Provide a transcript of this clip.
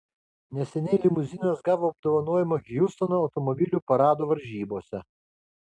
neseniai limuzinas gavo apdovanojimą hjustono automobilių parado varžybose